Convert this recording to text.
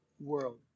world